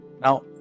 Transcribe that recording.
Now